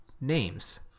names